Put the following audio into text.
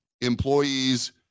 employees